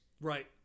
right